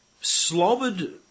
slobbered